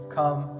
come